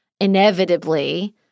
Inevitably